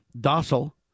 docile